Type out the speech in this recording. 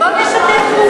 בואי נשתף פעולה.